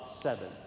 seven